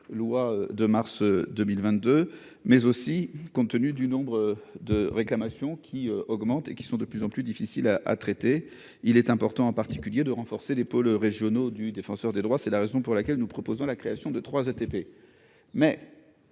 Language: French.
loi de mars 2022, mais aussi de l'augmentation du nombre de réclamations, qui sont de plus en plus difficiles à traiter. Il est important, en particulier, de renforcer les pôles régionaux du Défenseur des droits, raison pour laquelle nous proposons la création de 3 ETP.